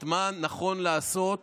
מה נכון לעשות